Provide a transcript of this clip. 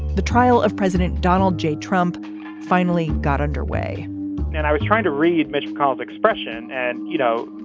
the trial of president donald j. trump finally got underway and i was trying to read but called expression. and you know,